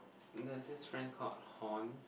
there's this friend called Horn